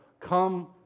come